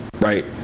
right